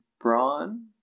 brawn